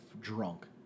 drunk